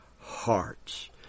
hearts